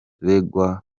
imyirondoro